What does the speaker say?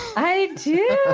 i do.